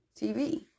TV